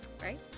right